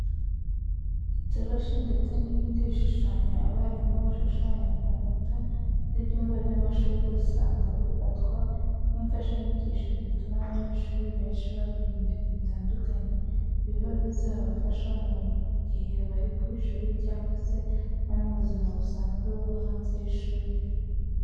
Itoroshi ndetse n'ibindi bishushanyo abarimu bashushanya ku nkuta z'ibyumba by'amashuri usanga bifatwa nk'imfashanyigisho zituma abanyeshuri benshi bamenya ibintu bitandukanye biba bizabafasha mu gihe bari ku ishuri cyangwa se no mu buzima busanzwe bwo hanze y'ishuri.